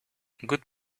good